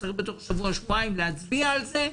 שצריך בתוך שבוע שבועיים להצביע על זה,